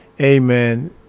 amen